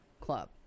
club